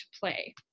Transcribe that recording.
play